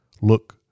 look